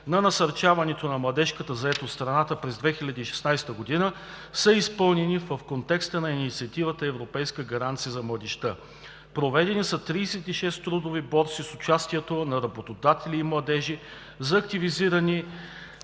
на насърчаване на младежката заетост в страната през 2016 г. са изпълнени в контекста на инициативата „Европейска гаранция за младежта“. Проведени са 36 трудови борси с участието на работодатели и младежи за активиране